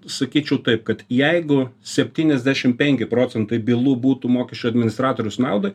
sakyčiau taip kad jeigu septyniasdešimt penki procentai bylų būtų mokesčių administratoriaus naudai